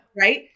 Right